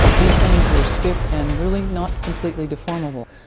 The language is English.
these things were stiff and really not completely deformable.